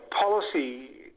policy